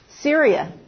Syria